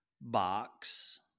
box